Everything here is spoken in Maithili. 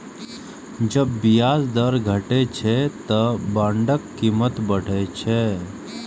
जब ब्याज दर घटै छै, ते बांडक कीमत बढ़ै छै